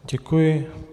Děkuji.